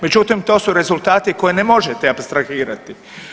Međutim, to su rezultati koje ne možete apstrahirati.